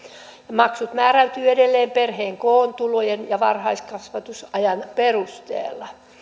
maksut määräytyvät edelleen perheen koon tulojen ja varhaiskasvatusajan perusteella